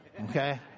okay